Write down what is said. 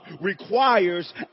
requires